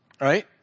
Right